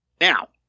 Now